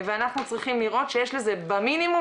ואנחנו צריכים לראות שיש לזה במינימום